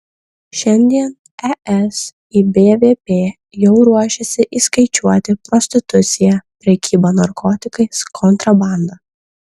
šiandien es į bvp jau ruošiasi įskaičiuoti prostituciją prekybą narkotikais kontrabandą